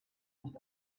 nicht